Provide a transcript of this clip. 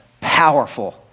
powerful